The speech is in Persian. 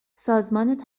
سازمان